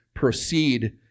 proceed